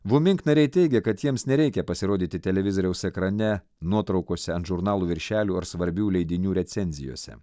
vumink nariai teigia kad jiems nereikia pasirodyti televizoriaus ekrane nuotraukose ant žurnalų viršelių ar svarbių leidinių recenzijose